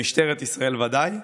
במשטרת ישראל ודאי,